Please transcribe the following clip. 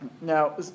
Now